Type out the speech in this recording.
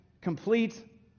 complete